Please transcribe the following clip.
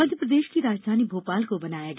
मध्यप्रदेश की राजधानी भोपाल को बनाया गया